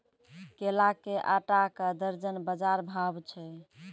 केला के आटा का दर्जन बाजार भाव छ?